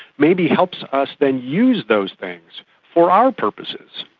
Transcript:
maybe helps us then use those things for our purposes.